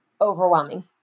overwhelming